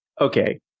Okay